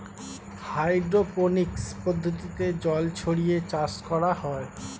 hydroponics পদ্ধতিতে জল ছড়িয়ে চাষ করা হয়